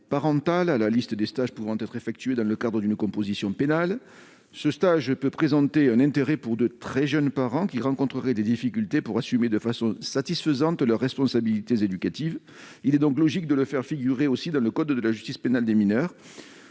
à la liste des stages pouvant être effectués dans le cadre d'une composition pénale. Ce stage peut présenter un intérêt pour de très jeunes parents qui rencontreraient des difficultés pour assumer de façon satisfaisante leurs responsabilités éducatives. Il est donc logique de le faire figurer également dans le code de la justice pénale des mineurs.